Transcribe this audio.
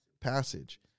passage